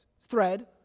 thread